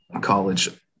college